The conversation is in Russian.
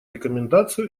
рекомендацию